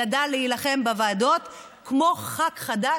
ידע להילחם בוועדות כמו ח"כ חדש,